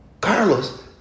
Carlos